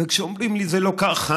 וכשאומרים לי: זה לא ככה,